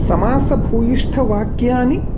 समासभूयिष्ठवाक्यानि